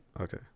okay